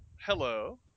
Hello